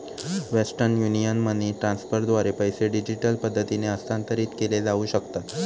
western Union money ट्रान्स्फरद्वारे पैसे digital पद्धतीने हस्तांतरित केले जाऊ शकतात